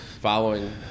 following